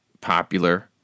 popular